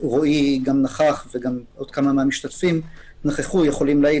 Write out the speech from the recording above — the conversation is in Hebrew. רועי גם נכח וגם עוד כמה מהמשתתפים נכחו יכולים להעיד.